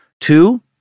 Two